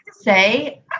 say